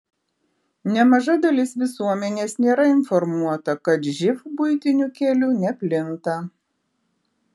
nemaža dalis visuomenės nėra informuota kad živ buitiniu keliu neplinta